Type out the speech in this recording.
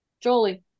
Jolie